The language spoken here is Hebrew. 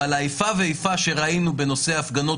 אבל האיפה ואיפה שראינו בנושא הפגנות